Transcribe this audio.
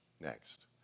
next